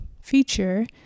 feature